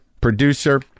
producer